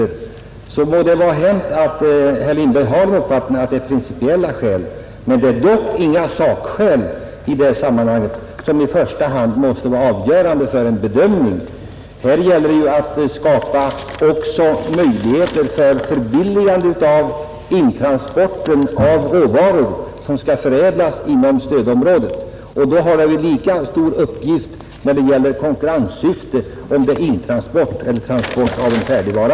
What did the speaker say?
På den punkten högg kanske herr Lindberg i sten, eller också får han utveckla sina synpunkter ytterligare.